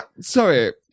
sorry